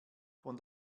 von